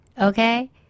Okay